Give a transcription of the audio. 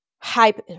hype